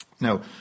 Now